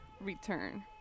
return